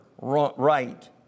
right